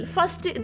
First